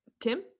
Tim